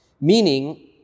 meaning